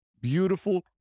beautiful